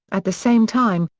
at the same time,